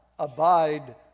Abide